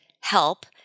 help